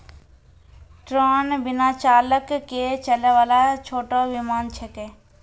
drone बिना चालक के चलै वाला छोटो विमान छेकै